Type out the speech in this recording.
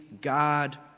God